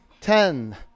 ten